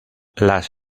las